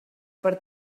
per